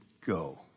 go